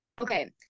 Okay